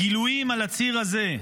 הגילויים על הציר הזה,